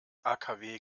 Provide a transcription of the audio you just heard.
akw